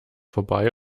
vorbei